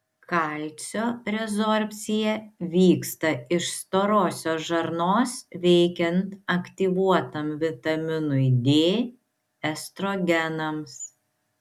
kalcio rezorbcija vyksta iš storosios žarnos veikiant aktyvuotam vitaminui d estrogenams